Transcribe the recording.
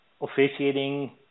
officiating